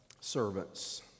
servants